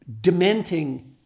dementing